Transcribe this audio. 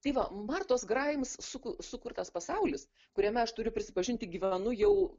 tai va martos graims suku sukurtas pasaulis kuriame aš turiu prisipažinti gyvenu jau